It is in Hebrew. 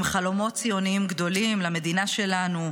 עם חלומות ציוניים גדולים למדינה שלנו,